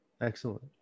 Excellent